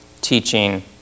teaching